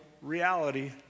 reality